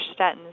statins